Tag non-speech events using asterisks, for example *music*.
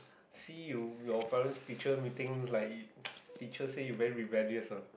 see you your parent teacher meeting like *noise* teacher said you very rebellious ah